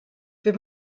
wir